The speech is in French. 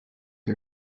qui